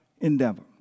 endeavor